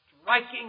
striking